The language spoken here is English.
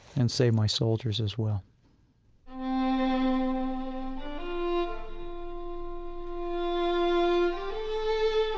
and save my soldiers as well i